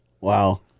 Wow